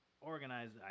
organized